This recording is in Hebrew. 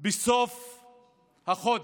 בסוף החודש.